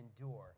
endure